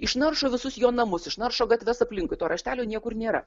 išnaršo visus jo namus išnaršo gatves aplinkui to raštelio niekur nėra